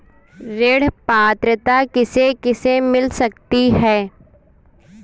ऋण पात्रता किसे किसे मिल सकती है?